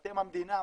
המדינה,